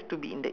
yup